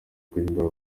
guhindura